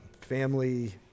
family